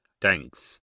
Thanks